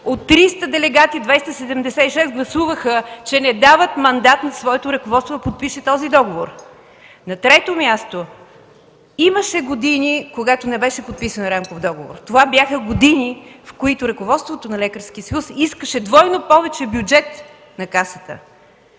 от 300 делегати, 276 гласуваха, че не дават мандат на своето ръководство да подпише този договор. На трето място, имаше години, когато не беше подписан рамков договор. Това бяха години, в които ръководството на Лекарския съюз искаше двойно повече бюджет на Касата.